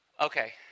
Okay